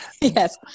Yes